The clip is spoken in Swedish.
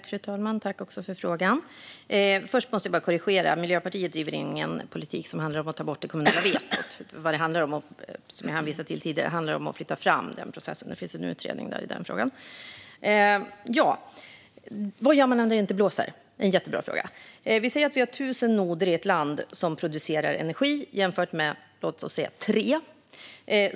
Fru talman! Först måste jag korrigera ledamoten: Miljöpartiet driver ingen politik som handlar om att ta bort det kommunala vetot. Det handlar i stället om att flytta fram den processen, vilket jag hänvisade till tidigare. Det pågår en utredning av den frågan. Vad gör man när det inte blåser? Det är en jättebra fråga. Säg att man har tusen noder som producerar energi i ett land, och jämför sedan det med ett land som har fem noder.